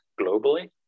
globally